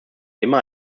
immer